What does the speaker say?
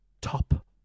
top